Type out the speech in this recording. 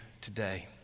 today